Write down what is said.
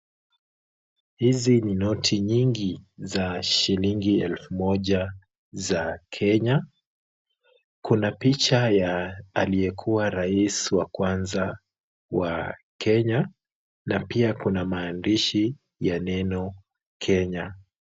Hizi ni noti nyingi za shilingi elfu moja za Kenya. Kuna picha ya aliyekuwa rais wa kwanza wa Kenya na pia kuna maandishi ya neno Kenya.